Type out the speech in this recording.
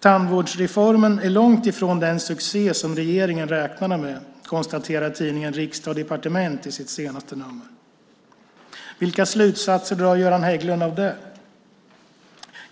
Tandvårdsreformen är långt ifrån den succé som regeringen räknade med, konstaterar tidningen Riksdag & Departement i sitt senaste nummer. Vilka slutsatser drar Göran hägglund av det?